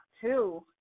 two